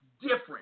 different